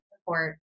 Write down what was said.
support